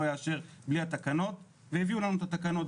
יאשר בלי התקנות והביאו לנו את התקנות.